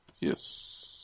Yes